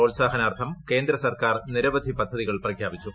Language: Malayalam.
പ്രോത്സാഹനാർത്ഥം കേന്ദ്ര സർക്കാർ നിരവധി പദ്ധതികൾ പ്രഖ്യാപിച്ചു